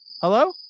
Hello